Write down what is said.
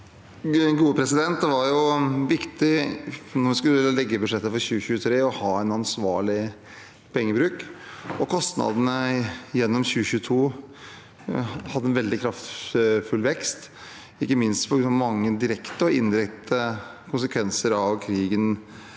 Vedum Det var viktig da vi skulle legge fram budsjettet for 2023, å ha en ansvarlig pengebruk. Kostnadene gjennom 2022 hadde en veldig kraftig vekst, ikke minst på grunn av mange direkte og indirekte konsekvenser av krigen